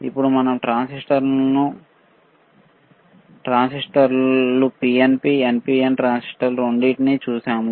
అప్పుడు మనం ట్రాన్సిస్టర్లను ట్రాన్సిస్టర్లు ట్రాన్సిస్టర్ పిఎన్పి ఎన్పిఎన్ ట్రాన్సిస్టర్లు రెండింటినీ చూశాము